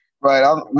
Right